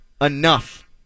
enough